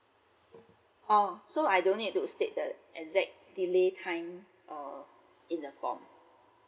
uh so I don't need to say the exact delay time or in the form